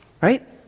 right